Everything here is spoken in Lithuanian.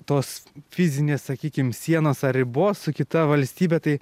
tos fizinės sakykim sienos ar ribos su kita valstybe tai